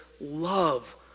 love